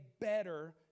better